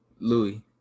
louis